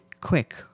quick